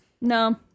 No